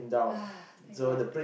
ah thank god